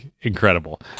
incredible